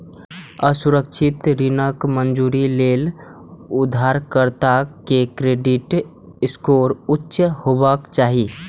असुरक्षित ऋणक मंजूरी लेल उधारकर्ता के क्रेडिट स्कोर उच्च हेबाक चाही